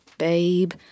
Babe